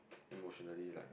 emotionally right